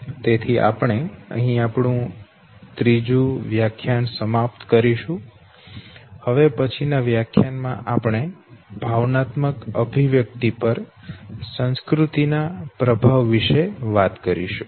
તેથી આપણે અહીં આપણુ ત્રીજું વ્યાખ્યાન સમાપ્ત કરીશું હવે પછીના વ્યાખ્યાન માં આપણે ભાવનાત્મક અભિવ્યક્તિ પર સંસ્કૃતિ ના પ્રભાવ વિશે વાત કરીશું